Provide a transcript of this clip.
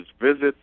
visits